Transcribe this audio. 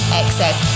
excess